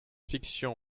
fiction